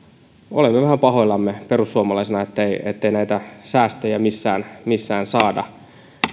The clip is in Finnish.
vähän pahoillamme perussuomalaisina ettei ettei näitä säästöjä missään missään saada